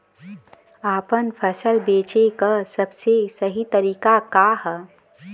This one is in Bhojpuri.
आपन फसल बेचे क सबसे सही तरीका का ह?